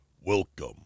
Welcome